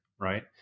Right